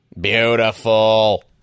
Beautiful